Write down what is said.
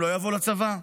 הם לא יבואו לצבא.